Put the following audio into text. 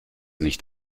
nicht